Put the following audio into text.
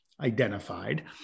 identified